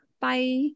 Bye